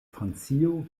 francio